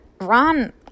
run